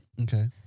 Okay